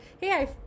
hey